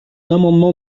amendement